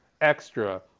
extra